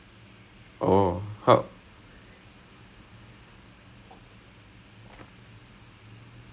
it's quite fun ஏனா:aenaa the only thing வந்து என்னன்னா:vanthu enannaa I have confirmed my suspicions about how bad of an actor I am